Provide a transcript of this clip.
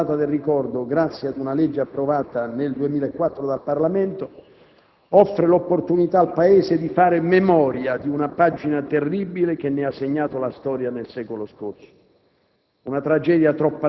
L'istituzione del «Giorno del ricordo», grazie ad una legge approvata nel 2004 dal Parlamento, offre l'opportunità al Paese di fare memoria di una pagina terribile che ne ha segnato la storia nel secolo scorso.